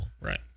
Right